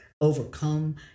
overcome